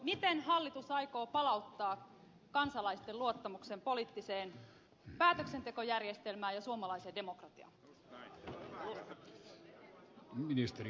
miten hallitus aikoo palauttaa kansalaisten luottamuksen poliittiseen päätöksentekojärjestelmään ja suomalaiseen demokratiaan